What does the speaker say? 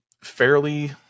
fairly